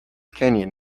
canyon